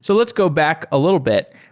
so let's go back a little bit.